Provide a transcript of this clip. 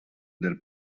del